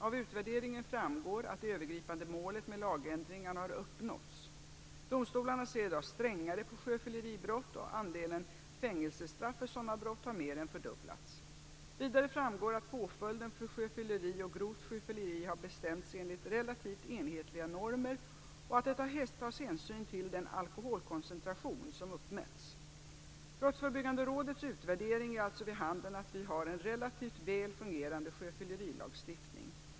Av utvärderingen framgår att det övergripande målet med lagändringar har uppnåtts; domstolarna ser i dag strängare på sjöfylleribrott och andelen fängelsestraff för sådana brott har mer än fördubblats. Vidare framgår att påföljden för sjöfylleri och grovt sjöfylleri har bestämts enligt relativt enhetliga normer och att det tas hänsyn till den alkoholkoncentration som uppmätts. Brottsförebyggande rådets utvärdering ger alltså vid handen att vi har en relativt väl fungerande sjöfyllerilagstiftning.